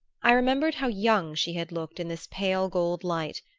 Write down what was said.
i remembered how young she had looked in this pale gold light,